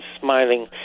smiling